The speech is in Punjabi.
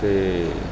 ਅਤੇ